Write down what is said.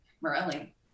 Morelli